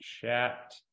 chat